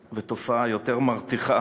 אין דבר ותופעה יותר מרתיחה